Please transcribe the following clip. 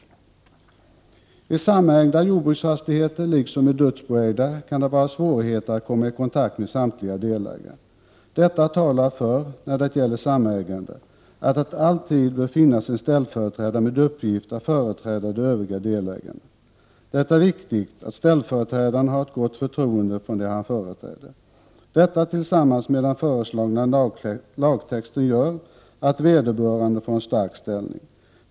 I samägda — liksom dödsboägda — jordbruksfastigheter kan det vara svårigheter när det gäller att komma i kontakt med samtliga delägare. Beträffande samägande talar detta för att det alltid bör finnas en ställföreträdare med uppgift att företräda de övriga delägarna. Det är viktigt att ställföreträdaren har gott förtroende från dem han företräder. Detta tillsammans med den föreslagna lagtexten gör att vederbörande får en stark ställning.